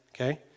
okay